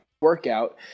workout